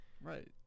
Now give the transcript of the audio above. Right